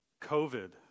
COVID